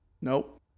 Nope